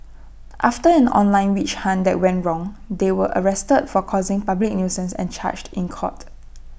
after an online witch hunt that went wrong they were arrested for causing public nuisance and charged in court